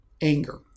anger